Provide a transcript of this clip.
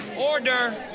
Order